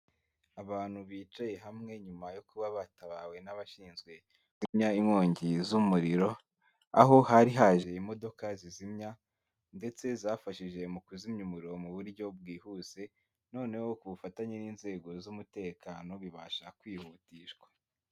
Abantu bicaye hamwe nyuma yo kuba batabawe n'abashinzwe kuzimya inkongi z'umuriro aho hari haje imodoka zizimya ndetse zafashije mu kuzimya umuriro mu buryo bwihuse noneho ku bufatanye n'inzego z'umutekano bibasha kwihutishwa.